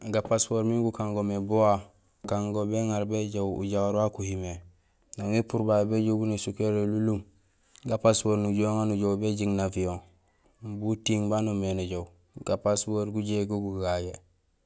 Ga passeport minja gukaan go mé bu wa; gukakaan go béŋa béjoow ujahoor wa kuhimé nang épuur babé béjoow bu nésuk yara élunlum ga passeport nujuhé uŋa nujoow béjing navionimbi utiiŋ baan noomé néjoow ga passport gujéék go gogagé.